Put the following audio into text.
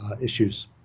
issues